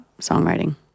songwriting